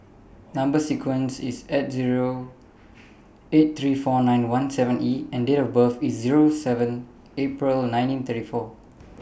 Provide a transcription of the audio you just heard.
Number sequence IS S Zero eight three four nine one seven E and Date of birth IS Zero seven April nineteen thirty four